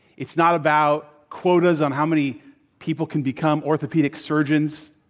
it's not about quotas on how many people can become orthopedic surgeons.